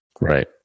right